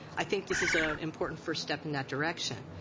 i think this is a important first step in that direction.